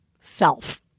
self